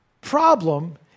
problem